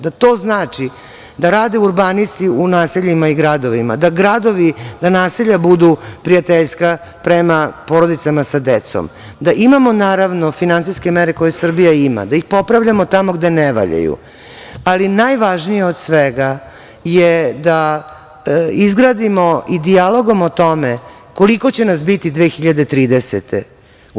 Da to znači da rade urbanisti u naseljima i gradovima, da gradovi, da naselja budu prijateljska prema porodicama sa decom, da imamo naravno finansijske mere koje Srbija ima, da ih popravljamo tamo gde ne valjaju, ali najvažnije od svega je da izradimo i dijalogom o tome koliko će nas biti 2030. godine.